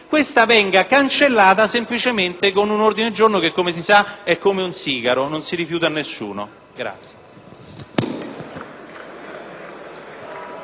questa venga cancellata semplicemente con un ordine del giorno che - come si sa - è come un sigaro: non si rifiuta a nessuno.